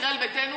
ישראל ביתנו,